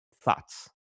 Thoughts